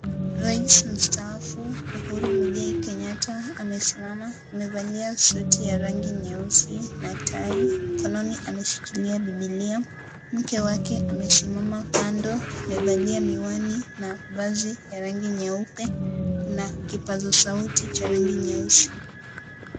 Rais mstaafu Uhuru Muigai Kenyatta, amesimama, amevalia suti ya rangi nyeusi na tai, mkononi ameshikilia Bibilia. Mke wake amesimama kando, amevalia miwani na vazi ya rangi nyeupe, kuna kipaza sauti cha rangi nyeusi.